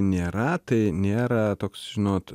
nėra tai nėra toks žinot